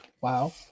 wow